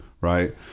Right